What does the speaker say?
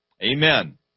Amen